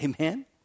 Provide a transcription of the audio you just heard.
amen